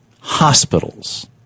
hospitals